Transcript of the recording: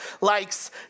likes